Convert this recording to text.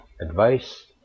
advice